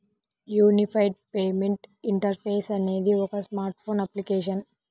unified payment interface అనేది ఒక smartphone application